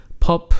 pop